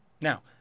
now